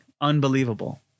Unbelievable